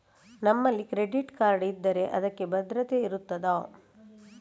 ನಮ್ಮಲ್ಲಿ credit card ಇದ್ದರೆ ಅದಕ್ಕೆ ಭದ್ರತೆ ಇರುತ್ತದಾ?